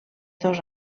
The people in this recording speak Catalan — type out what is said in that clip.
dos